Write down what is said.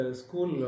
school